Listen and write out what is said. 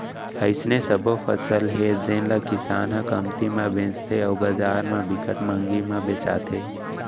अइसने सबो फसल हे जेन ल किसान ह कमती म बेचथे अउ बजार म बिकट मंहगी म बेचाथे